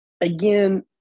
again